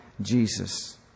Jesus